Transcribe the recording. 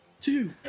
two